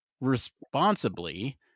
responsibly